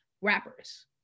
rappers